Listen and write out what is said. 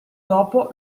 dopo